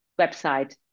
website